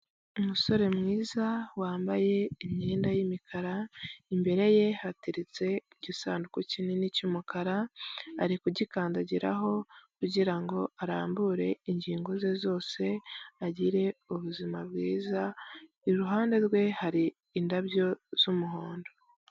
Umusore mwiza wambaye imyenda y'imikara, imbere ye hateretse igisanduku kinini cy'umukara, ari kugikandagiraho kugirango arambure ingingo ze zose agire ubuzima bwiza, iruhande rwe hari indabyo z'umuhondo.